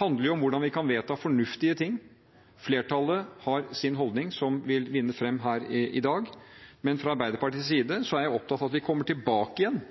handler om hvordan vi kan vedta fornuftige ting. Flertallet har sin holdning, som vil vinne fram her i dag, men fra Arbeiderpartiets side er jeg opptatt av at vi kommer tilbake igjen